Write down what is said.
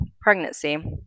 pregnancy